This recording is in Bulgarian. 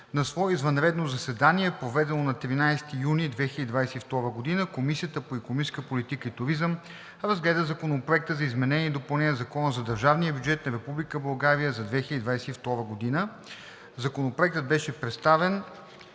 На свое извънредно заседание, проведено на 13 юни 2022 г., Комисията по икономическа политика и туризъм разгледа Законопроекта за изменение и допълнение на Закона за държавния бюджет на Република България за 2022 г. Законопроектът беше представен